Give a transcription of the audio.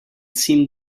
seemed